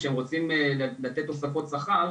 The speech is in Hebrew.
כשהם רוצים לתת תוספות שכר,